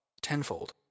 tenfold